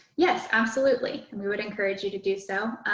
yes, absolutely. and we would encourage you to do so.